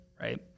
right